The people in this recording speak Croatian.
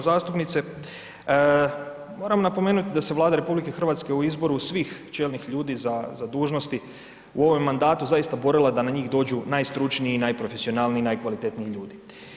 Uvažena zastupnice, moram napomenuti da se Vlada Rh u izboru svih čelnih ljudi za dužnosti u ovom mandatu zaista borila da na njih dođu najstručniji i najprofesionalniji i najkvalitetniji ljudi.